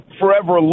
forever